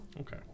Okay